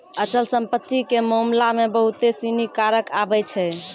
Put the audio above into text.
अचल संपत्ति के मामला मे बहुते सिनी कारक आबै छै